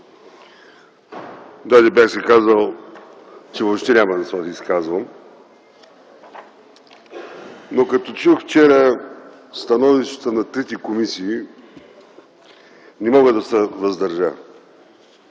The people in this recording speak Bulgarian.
Даже бях си казал, че въобще няма да се изказвам, но като чух вчера становищата на трите комисии, не мога да се въздържа.